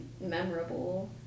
memorable